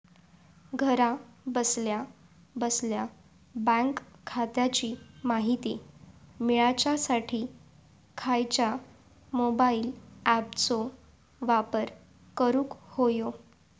घरा बसल्या बसल्या बँक खात्याची माहिती मिळाच्यासाठी खायच्या मोबाईल ॲपाचो वापर करूक होयो?